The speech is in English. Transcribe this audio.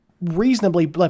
reasonably